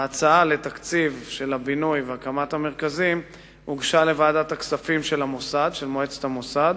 ההצעה לתקציב הבינוי והקמת המרכזים הוגשה לוועדת הכספים של מועצת המוסד,